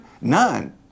None